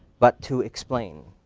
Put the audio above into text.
but to explain.